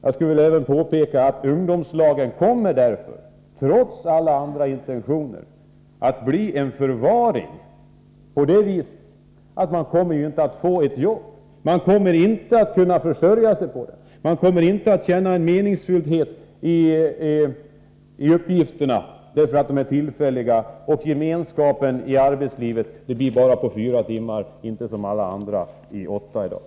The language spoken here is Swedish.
Jag vill också påpeka att ungdomslagen därför — trots alla andra intentioner - kommer att innebära en förvaring, på det viset att ungdomarna inte kommer att få jobb, inte kommer att kunna försörja sig, inte kommer att känna att det finns en meningsfullhet i arbetsuppgifterna, eftersom dessa är tillfälliga och gemenskapen i arbetslivet bara varar fyra timmar och inte, som för alla andra, åtta timmar.